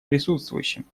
присутствующим